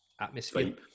atmosphere